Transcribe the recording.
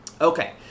Okay